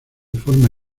forma